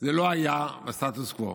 זה לא היה בסטטוס קוו.